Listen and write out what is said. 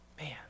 Man